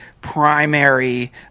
primary –